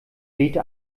wehte